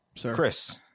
Chris